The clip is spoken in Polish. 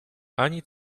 ani